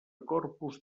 corpus